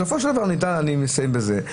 אני מסיים בזה.